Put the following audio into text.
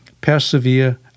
persevere